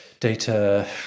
data